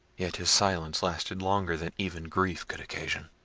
yet his silence lasted longer than even grief could occasion.